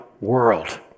world